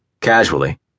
Casually